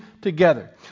together